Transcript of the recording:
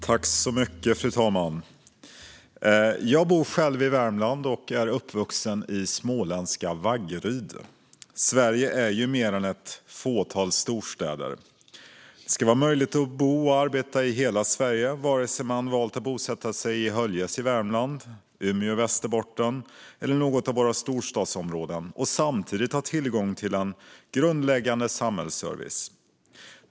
Fru talman! Jag bor själv i Värmland och är uppvuxen i småländska Vaggeryd. Sverige är mer än ett fåtal storstäder. Det ska vara möjligt att bo och arbeta i hela Sverige, vare sig man har valt att bosätta sig i Höljes i Värmland, i Umeå i Västerbotten eller i något av våra storstadsområden, och samtidigt ha tillgång till en grundläggande samhällsservice.